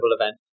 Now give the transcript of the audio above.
event